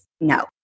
no